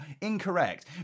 incorrect